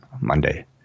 Monday